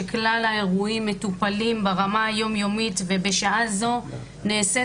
שכלל האירועים מטופלים ברמה היומיומית ובשעה זאת נעשית